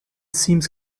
seems